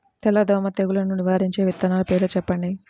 తెల్లదోమ తెగులును నివారించే విత్తనాల పేర్లు చెప్పండి?